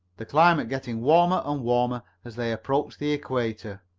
the climate getting warmer and warmer as they approached the equator.